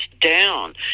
down